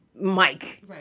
Mike